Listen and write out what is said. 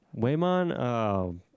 Waymon